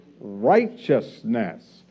righteousness